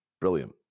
brilliant